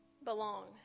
Belong